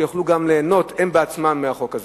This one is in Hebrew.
שיוכלו גם ליהנות בעצמם מהחוק הזה.